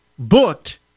booked